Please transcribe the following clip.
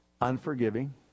unforgiving